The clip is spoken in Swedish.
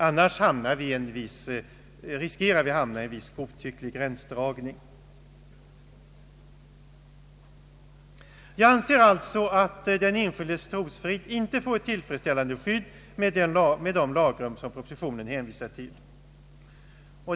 Annars riskerar vi att hamna i en godtycklig gränsdragning för vad som är straffbart. Jag anser alltså att den enskildes trosfrid inte får ett tillfredsställande skydd med de lagrum som propositionen hänvisar till.